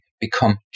become